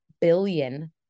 billion